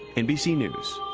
nbc news.